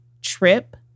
trip